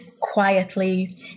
quietly